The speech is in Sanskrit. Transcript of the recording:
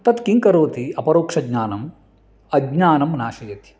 तत् किं करोति अपरोक्षज्ञानम् अज्ञानं नाशयति